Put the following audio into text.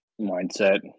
mindset